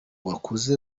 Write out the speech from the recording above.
bakuze